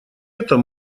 этом